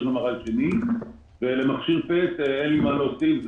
MRI שני ולמכשיר PET אין לי מה להוסיף,